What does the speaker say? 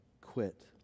quit